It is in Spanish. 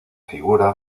figura